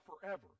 forever